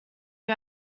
who